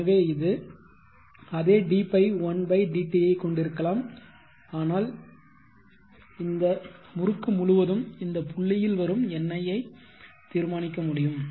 எனவே இது அதே dϕ1 dt ஐ கொண்டிருக்கலாம் ஆனால் இந்த முறுக்கு முழுவதும் இந்த புள்ளியில் வரும் NI ஐ ஆல் தீர்மானிக்க முடியும்